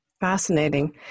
Fascinating